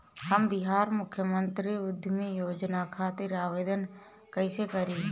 हम बिहार मुख्यमंत्री उद्यमी योजना खातिर आवेदन कईसे करी?